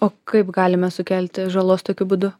o kaip galime sukelti žalos tokiu būdu